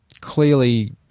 clearly